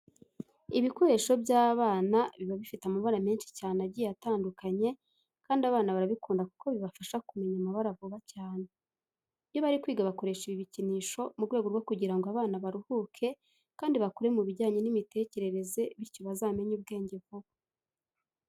Ibikoresho by'abana biba bifite amabara menshi cyane agiye atandukanye kandi abana barabikunda kuko bibafasha kumenya amabara vuba cyane. Iyo bari kwiga bakoresha ibi bikinisho mu rwego rwo kugira ngo abana baruhuke kandi bakure mu bijyanye n'imitekerereze bityo bazamenye ubwenge vuba.